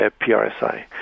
PRSI